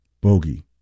Bogey